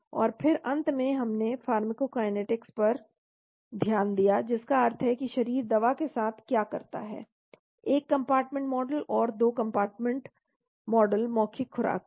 और फिर अंत में हमने फार्माकोकाइनेटिक्स पर ध्यान दिया जिसका अर्थ है कि शरीर दवा के साथ क्या करता है एक कंपार्टमेंट मॉडल और 2 कंपार्टमेंट मॉडल मौखिक खुराक के लिए